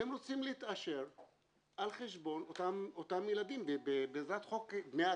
שהם רוצים להתעשר על חשבון אותם ילדים בעזרת חוק דמי הקמה.